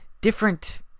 different